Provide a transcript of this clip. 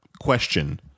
question